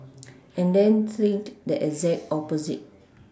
and then think the exact opposite